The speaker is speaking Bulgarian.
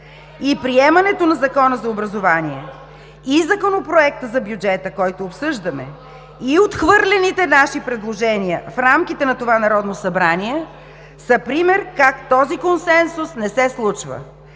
Приемането на Закона за образование и Законопроекта за бюджета, който обсъждаме, и отхвърлените наши предложения в рамките на това Народно събрание, са пример как този консенсус не се случва.